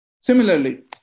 Similarly